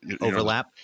overlap